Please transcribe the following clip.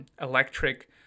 electric